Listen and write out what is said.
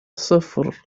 صفر